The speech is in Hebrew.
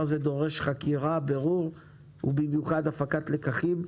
הדבר הזה דורש חקירה, בירור ובמיוחד הפקת לקחים.